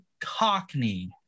cockney